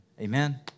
Amen